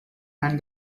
and